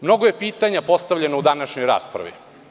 Mnogo je pitanja postavljeno u današnjoj raspravi.